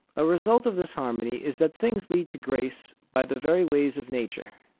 a result of this harmony is that things lead to grace by the very ways of nature,